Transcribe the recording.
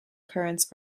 currents